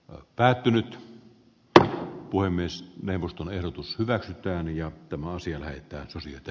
on päätynyt hän voi myös neuvoston ehdotus hyväksytään ja tämä asia näyttää siltä